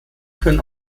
können